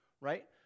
right